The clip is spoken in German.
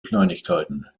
kleinigkeiten